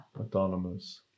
Autonomous